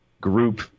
group